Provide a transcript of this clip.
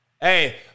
Hey